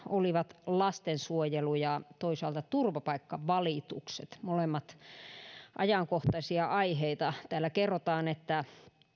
olivat lastensuojelu ja toisaalta turvapaikkavalitukset molemmat ajankohtaisia aiheita täällä kerrotaan että